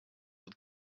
with